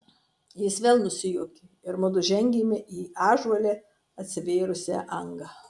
jis vėl nusijuokė ir mudu žengėme į ąžuole atsivėrusią angą